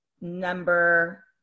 number